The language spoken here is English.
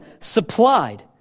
supplied